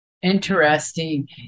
Interesting